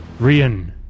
Rian